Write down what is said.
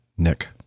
Nick